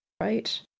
right